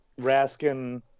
Raskin